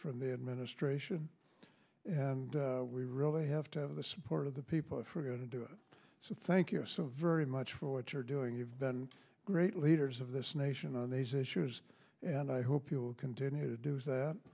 from the administration and we really have to have the support of the people if we're going to do it so thank you very much for what you're doing you've been great leaders of this nation on these issues and i hope you'll continue to do that